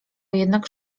jednak